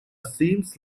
seems